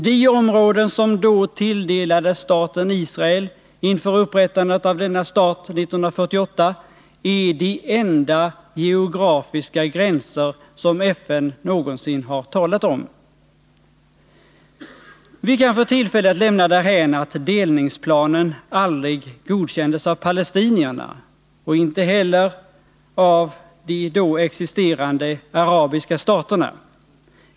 De områden som då tilldelades staten Israel inför upprättandet av denna stat 1948 är de enda geografiska gränser som FN någonsin har talat om. Vi kan för tillfället lämna därhän att delningsplanen aldrig godkändes av palestinierna och inte heller av de då existerande arabiska staterna.